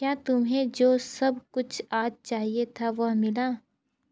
क्या तुम्हें जो सब कुछ आज चाहिए था वह मिला